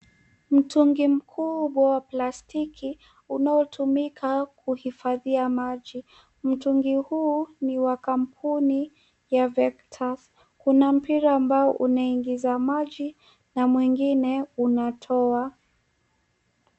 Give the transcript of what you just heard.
Mtungi mkubwa wa plastiki unaotumika kuhifadhia maji. Mtungi huu ni wa kampuni ya Vectus. Kuna mpira ambao unaingiza maji na mwingine unatoa.